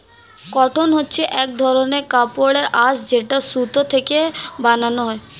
cotton হচ্ছে এক ধরনের কাপড়ের আঁশ যেটা সুতো থেকে বানানো হয়